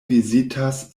vizitas